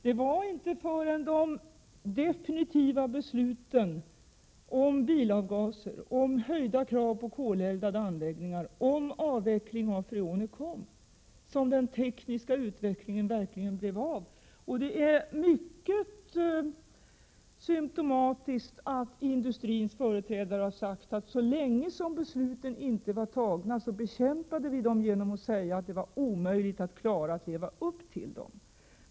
Det var inte förrän de definitiva besluten om bilavgaser, höjning av kraven på koleldade anläggningar och avveckling av freonet kom som den tekniska 59 utvecklingen verkligen blev av. Det är mycket symptomatiskt att industrins företrädare har sagt att så länge besluten inte fattats bekämpades de. Man sade att det var omöjligt att leva upp till dem.